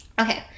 okay